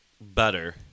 better